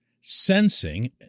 sensing